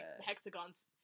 hexagons